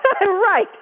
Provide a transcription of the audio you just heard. Right